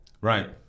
Right